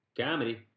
Comedy